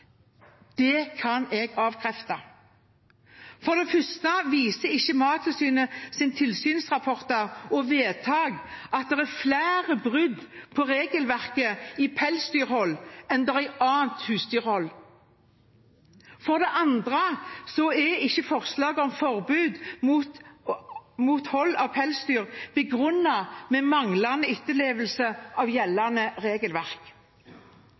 Det kan jeg avkrefte. For det første viser ikke Mattilsynets tilsynsrapporter og vedtak at det er flere brudd på regelverket i pelsdyrhold enn det er i annet husdyrhold. For det andre er ikke forslaget om forbud mot hold av pelsdyr begrunnet med manglende etterlevelse av gjeldende regelverk.